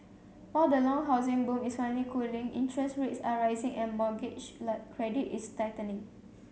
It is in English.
while the long housing boom is finally cooling interest rates are rising and mortgage credit is tightening